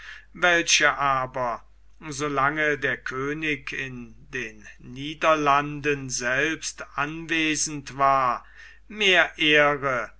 welche aber so lange der könig in den niederlanden selbst anwesend war mehr